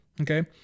okay